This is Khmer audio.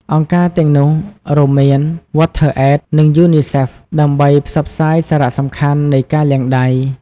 អង្គការទាំងនោះរួមមាន វ័តធឺអេត និងយូនីសេហ្វ ដើម្បីផ្សព្វផ្សាយសារៈសំខាន់នៃការលាងដៃ។